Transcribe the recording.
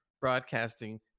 broadcasting